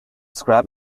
scrap